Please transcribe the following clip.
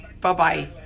Bye-bye